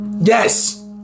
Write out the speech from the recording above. Yes